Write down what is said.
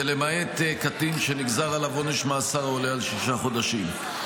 ולמעט קטין שנגזר עליו עונש מאסר העולה על שישה חודשים.